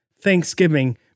thanksgiving